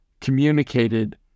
communicated